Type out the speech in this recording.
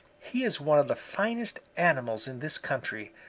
he is one of the finest animals in this country,